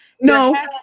No